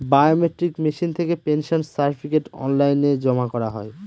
biometric machine থেকে pension certificate online জমা করা হয়